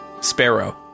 Sparrow